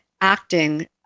acting